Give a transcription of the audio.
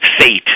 fate